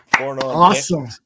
Awesome